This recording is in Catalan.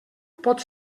pot